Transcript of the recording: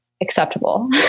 acceptable